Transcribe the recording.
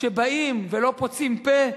שבאים ולא פוצים פה,